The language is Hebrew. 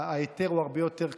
ההיתר הוא הרבה יותר קל,